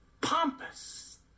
pompous